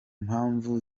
mpamvu